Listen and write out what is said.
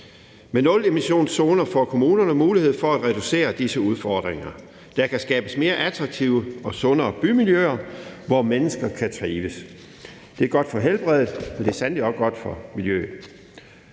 Med nulemissionszonerne får kommunerne mulighed for at reducere disse udfordringer. Der kan skabes mere attraktive og sundere bymiljøer, hvor mennesker kan trives. Det er godt for helbredet, og det er sandelig også godt for miljøet.